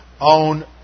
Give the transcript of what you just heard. own